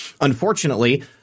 Unfortunately